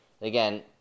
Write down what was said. Again